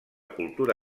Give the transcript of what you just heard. cultura